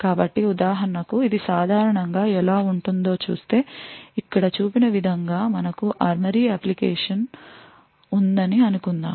కాబట్టి ఉదాహరణకి ఇది సాధారణంగా ఎలా ఉంటుందో చూస్తే ఇక్కడ చూపిన విధంగా మనకు ARMORY అప్లికేషన్ ఉందని అనుకుందాం